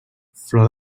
flor